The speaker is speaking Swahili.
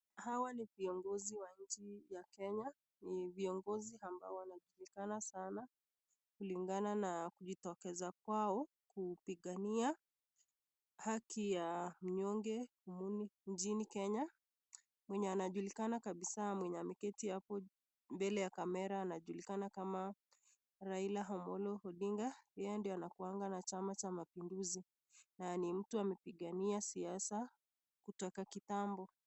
Hawa ni viongozi wa nchi ya Kenya, ni viongozi ambao wanajulikana sana kulingana na kujitokeza kwao kupigania haki ya mnyonge humuni nchini Kenya. Mwenye anajulikana kabisa mwenye ameketi hapo mbele ya kamera anajulikana kama Raila Amollo Odinga, yeye ndio anakuwanga na chama cha mapinduzi, na ni mtu amepigania siasa kutoka kitambo.